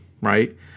right